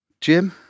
Jim